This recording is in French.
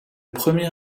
premier